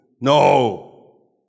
No